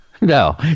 no